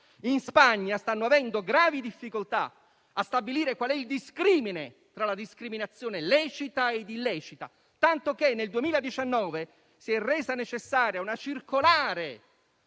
In Spagna stanno avendo gravi difficoltà a stabilire quale sia il discrimine tra la discriminazione lecita e quella illecita, tanto che nel 2019 si è resa necessaria una circolare